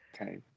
Okay